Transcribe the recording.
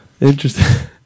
Interesting